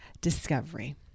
discovery